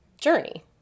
journey